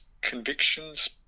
convictions